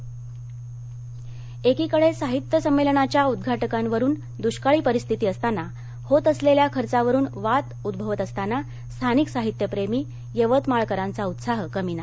यवतमाळ साहित्य संमेलन एकीकडे साहित्य संमेलनाच्या उद्घाटकांवरून दुष्काळी परिस्थिती असताना होत असलेल्या खर्चावरून वाद उद्भवत असताना स्थानिक साहित्यप्रेमी यवतमाळकरांचा उत्साह कमी नाही